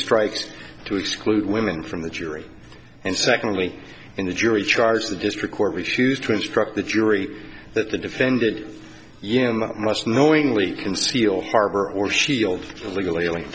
strikes to exclude women from the jury and secondly in the jury charge the district court refused to instruct the jury that the defendant you must knowingly conceal harbor or shield illegal aliens